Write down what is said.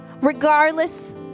regardless